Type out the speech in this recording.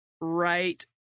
right